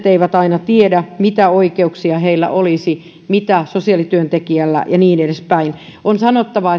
eivät aina tiedä mitä oikeuksia heillä olisi mitä sosiaalityöntekijällä ja niin edespäin on sanottava